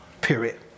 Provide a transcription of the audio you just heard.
period